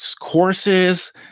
courses